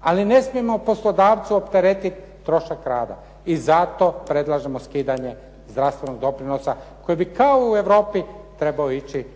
ali ne smijemo poslodavcu opteretiti trošak rada. I zato predlažemo skidanje zdravstvenog doprinosa koji bi kao u Europi trebao ići